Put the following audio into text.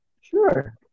Sure